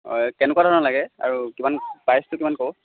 হয় কেনেকুৱা ধৰণৰ লাগে আৰু কিমান প্ৰাইচটো কিমান ক'ব